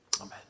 Amen